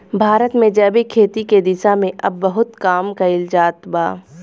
भारत में जैविक खेती के दिशा में अब बहुत काम कईल जात बा